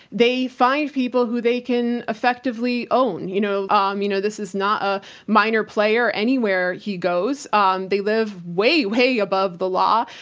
they find people who they can effectively own. you know, um you know this is not a minor player anywhere he goes. um they live way, way above the law,